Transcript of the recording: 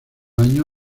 año